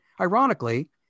ironically